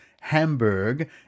Hamburg